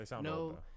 no